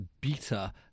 beta